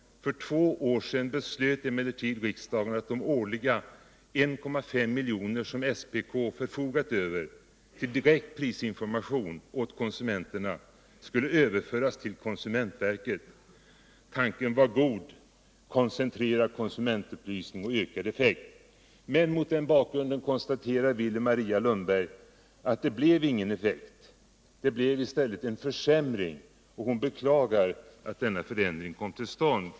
För två år sedan beslöt emellertid riksdagen att de årliga 1,5 miljoner som SPK förfogat över till direkt prisinformation åt konsumenterna skulle överföras till Konsumentverket. Tanken var god: koncentrerad konsumentupplysning = ökad effekt.” Willy Maria Lundberg konstaterade emellertid mot den här bakgrunden att det inte blev någon effekt. Det blev i stället en försämring, och hon beklagar att denna förändring kom tll stånd.